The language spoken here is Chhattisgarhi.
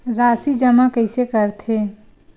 राशि जमा कइसे करथे?